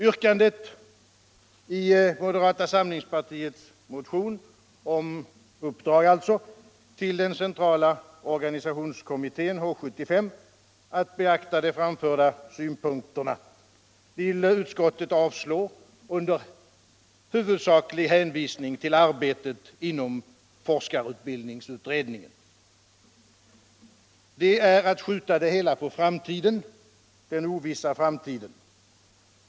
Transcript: Yrkandet i moderata samlingspartiets motion om uppdrag till den centrala organisationskommittén H 75 att beakta de framförda synpunkterna vill utskottet avstyrka under huvudsaklig hänvisning till arbetet inom forskarutbildningsutredningen. Det är att skjuta det hela på den ovissa framtiden.